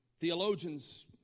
Theologians